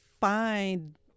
find